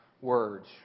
words